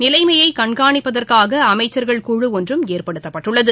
நிலைமையைகண்காணிப்பதற்காகஅமைச்சா்கள் குழு ஒன்றும் ஏற்படுத்தப்பட்டுள்ளது